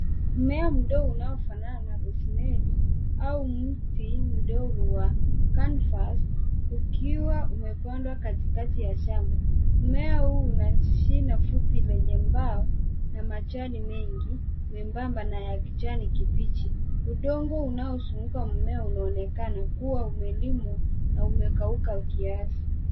Mmea mdogo unaofanana na [c.s] rosemary au mti mdogo wa [c.s]canvas ukiwa umepandwa katikati ya shamba. Mmea huu una shina mfupi lenye mbao na majani mengi membamba wenye kijani kibichi. Udongo unaozunguka mmea unanekana kuwa umelimwa na umekauka kiasi.